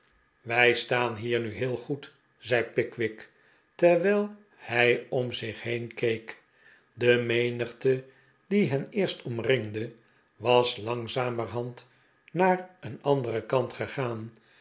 wij staan hier nu heel goed zei pickwick terwijl hij om zich heen keek de menigte die hen eerst omringde was langzamerhand naar een anderen kant gegaan